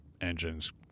engines